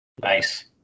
Nice